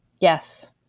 Yes